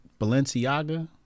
Balenciaga